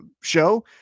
show